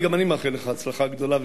גם אני מאחל לך הצלחה גדולה,